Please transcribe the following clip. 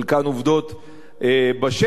חלקן עובדות בשטח.